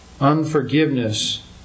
Unforgiveness